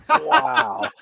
Wow